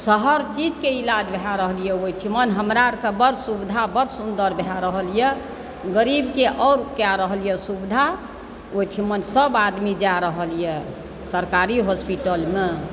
हर चीजकेँ इलाज भए रहल यऽ ओहिठमन हमरा आरके बड़ सुविधा बड़ सुन्दर भए रहल यऽ गरीबके आर कए रहल यऽ सुविधा ओहिठमन सब आदमी जा रहल यऽ सरकारी हॉस्पिटलमे